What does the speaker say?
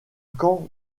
quand